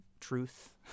truth